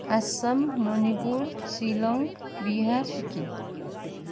Assam Manipur Shillong Bihar Sikkim